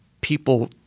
people